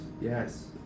Yes